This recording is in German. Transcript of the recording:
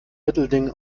mittelding